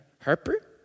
Harper